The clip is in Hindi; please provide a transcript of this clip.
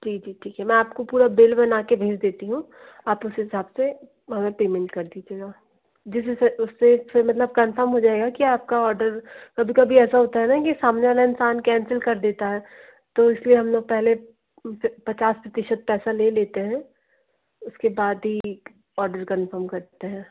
जी जी ठीक है मैं आपको पूरा बिल बनाके भेज देती हूँ आप उस हिसाब से हमें पेमेंट कर दीजिएगा जिससे उससे फिर मतलब कंफ़र्म हो जाएगा कि आपका ऑर्डर कभी कभी ऐसा होता है ना कि सामने वाला इंसान कैंसिल कर देता है तो इसलिए हम लोग पहले पचास प्रतिशत पैसा ले लेते हैं उसके बाद ही ऑर्डर कंफ़र्म करते हैं